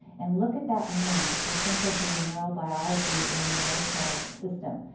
and look at that range, if we think of the neural biology in the emotional system.